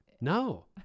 No